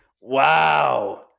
Wow